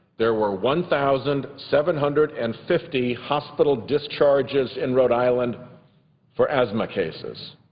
there were one thousand seven hundred and fifty hospital discharges in rhode island for asthma cases.